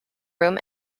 room